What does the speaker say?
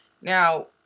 Now